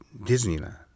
Disneyland